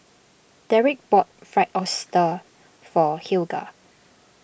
Dereck bought Fried Oyster for Helga